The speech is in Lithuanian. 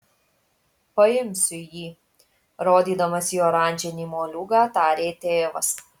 paimsiu jį rodydamas į oranžinį moliūgą tarė tėvas